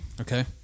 Okay